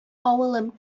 авылым